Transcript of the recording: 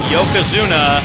Yokozuna